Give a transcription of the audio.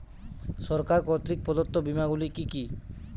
সরকার কর্তৃক প্রদত্ত বিমা গুলি কি কি?